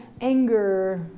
anger